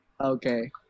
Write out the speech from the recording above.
okay